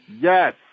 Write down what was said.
Yes